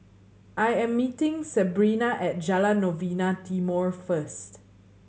I am meeting Sebrina at Jalan Novena Timor first